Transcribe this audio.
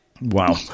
wow